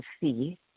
see